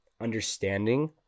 understanding